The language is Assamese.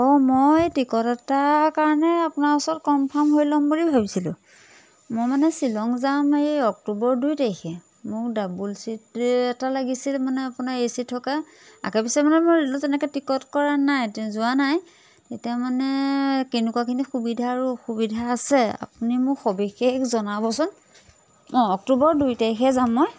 অঁ মই টিকট এটাৰ কাৰণে আপোনাৰ ওচৰত কনফাৰ্ম হৈ ল'ম বুলি ভাবিছিলোঁ মই মানে শ্বিলং যাম এই অক্টোবৰ দুই তাৰিখে মোক ডাবুল চিট এটা লাগিছিল মানে আপোনাৰ এ চি থকা আগে পিছে মানে মইলোঁ তেনেকৈ টিকট কৰা নাই যোৱা নাই তেতিয়া মানে কেনেকুৱাখিনি সুবিধা আৰু অসুবিধা আছে আপুনি মোক সবিশেষ জনাবচোন অঁ অক্টোবৰ দুই তাৰিখে যাম মই